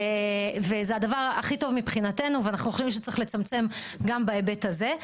וזה הדבר הכי טוב מבחינתנו ואנחנו חושבים שצריך לצמצם גם בהיבט הזה.